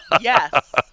Yes